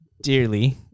dearly